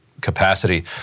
capacity